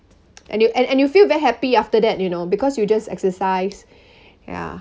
and you and you feel very happy after that you know because you just exercise ya